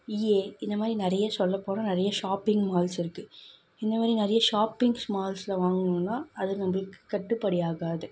இஏ இந்த மாரி நிறைய சொல்லப்போனால் நிறைய ஷாப்பிங் மால்ஸ் இருக்கு இந்த மாரி நிறைய ஷாப்பிங்ஸ் மால்ஸில் வாங்குனோன்னா அது உங்களுக்கு கட்டுப்படி ஆகாது